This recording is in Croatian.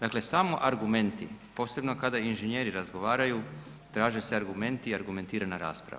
Dakle samo argumenti posebno kada inženjeri razgovaraju traže se argumenti i argumentirana rasprava.